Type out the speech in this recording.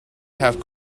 have